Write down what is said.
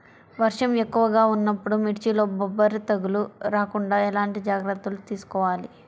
వర్షం ఎక్కువగా ఉన్నప్పుడు మిర్చిలో బొబ్బర తెగులు రాకుండా ఎలాంటి జాగ్రత్తలు తీసుకోవాలి?